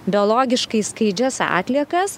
biologiškai skaidžias atliekas